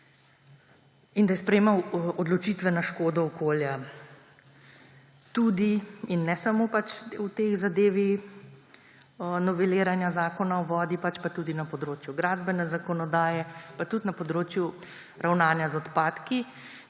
in da je sprejemal odločitve na škodo okolja, ne samo v zadevi noveliranja Zakona o vodi, pač pa tudi na področju gradbene zakonodaje pa tudi na področju ravnanja z odpadki,